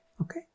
Okay